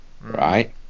right